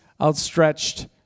outstretched